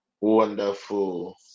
wonderful